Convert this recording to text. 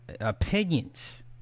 opinions